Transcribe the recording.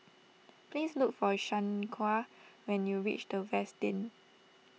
please look for Shaniqua when you reach the Westin